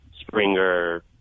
Springer